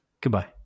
goodbye